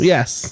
Yes